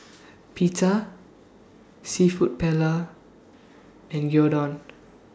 Pita Seafood Paella and Gyudon